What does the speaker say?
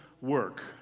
work